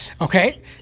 Okay